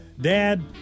Dad